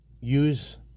use